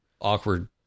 awkward